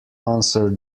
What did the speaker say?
answer